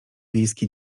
wiejskie